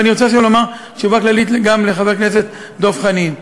ואני רוצה עכשיו לומר תשובה כללית גם לחבר הכנסת דב חנין.